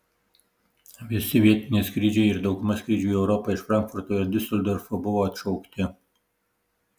visi vietiniai skrydžiai ir dauguma skrydžių į europą iš frankfurto ir diuseldorfo buvo atšaukti